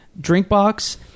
Drinkbox